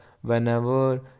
whenever